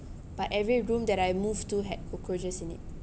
but every room that I move to had cockroaches in it